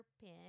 Pin